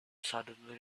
suddenly